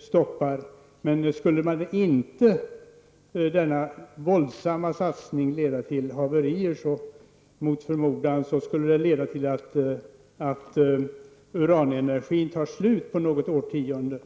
stannar. Skulle inte denna våldsamma satsning mot förmodan leda till haverier, skulle den leda till att uranenergin tar slut på något årtionde.